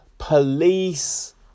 Police